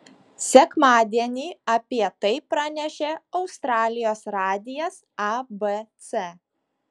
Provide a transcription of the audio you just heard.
sekmadienį apie tai pranešė australijos radijas abc